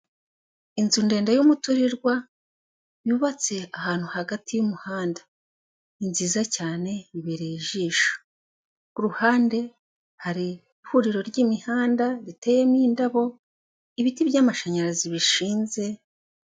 Inzu ndende y'umuturirwa yubatse ahantu hagati y'umuhanda, ni nziza cyane ibereye ijisho, kuruhande hari ihuriro ry'imihanda riteyemo indabo, ibiti by'amashanyarazi bishinze.